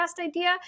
idea